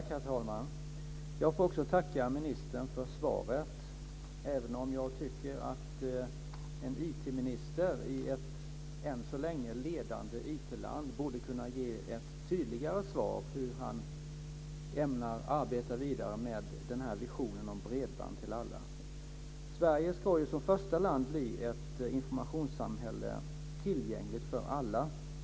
Herr talman! Jag tackar ministern för svaret, även om jag tycker att en IT-minister i ett än så länge ledande IT-land borde kunna ge ett tydligare svar på hur han ämnar arbeta vidare med visionen bredband till alla. Sverige ska ju som första land bli ett informationssamhälle tillgängligt för alla.